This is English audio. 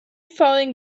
falling